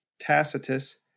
Tacitus